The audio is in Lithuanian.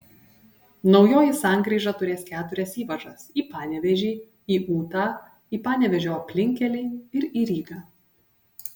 naujoji sankryža turės keturias įvažas į panevėžį į ūtą į panevėžio aplinkkelį ir į rygą